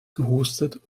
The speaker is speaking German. gehustet